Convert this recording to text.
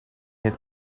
had